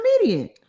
comedian